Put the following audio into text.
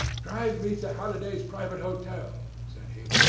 drive me to halliday's private hotel said he.